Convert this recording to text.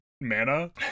mana